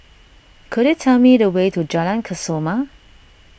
could you tell me the way to Jalan Kesoma